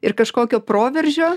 ir kažkokio proveržio